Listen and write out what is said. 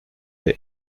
the